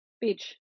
beach